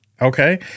okay